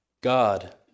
God